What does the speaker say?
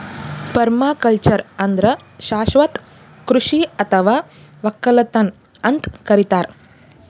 permaculture ಅಂದ್ರ ಶಾಶ್ವತ್ ಕೃಷಿ ಅಥವಾ ವಕ್ಕಲತನ್ ಅಂತ್ ಕರಿತಾರ್